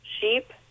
sheep